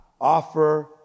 offer